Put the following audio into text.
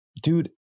dude